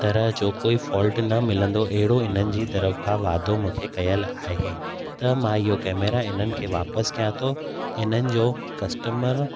तरह जो कोई फोल्ट न मिलंदो अहिड़ो इन्हनि जी तरफ़ खां वादो मूंखे कयलु आहे त मां इहो कैमरा इन्हनि खे वापसि कयां थो हिननि जो कस्टमर